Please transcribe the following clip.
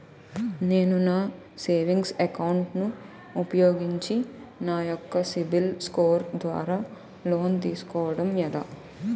నేను నా savings account ను ఉపయోగించి నా యెక్క సిబిల్ స్కోర్ ద్వారా లోన్తీ సుకోవడం ఎలా?